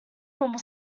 normal